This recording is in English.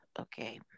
Okay